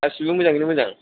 गासिबो मोजाङैनो मोजां